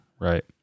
right